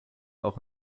auch